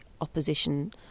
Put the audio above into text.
opposition